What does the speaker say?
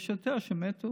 יש יותר שמתו.